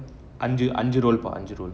அஞ்சு அஞ்சு:anju anju roll பா அஞ்சு:paa anju roll